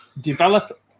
develop